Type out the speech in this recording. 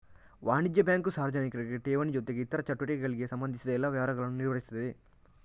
ವಾಣಿಜ್ಯ ಬ್ಯಾಂಕು ಸಾರ್ವಜನಿಕರಿಗೆ ಠೇವಣಿ ಜೊತೆಗೆ ಇತರ ಚಟುವಟಿಕೆಗಳಿಗೆ ಸಂಬಂಧಿಸಿದ ಎಲ್ಲಾ ವ್ಯವಹಾರಗಳನ್ನ ನಿರ್ವಹಿಸ್ತದೆ